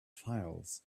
files